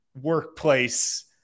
workplace